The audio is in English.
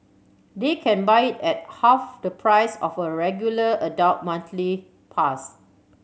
they can buy it at half the price of the regular adult monthly pass